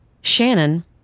Shannon